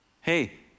Hey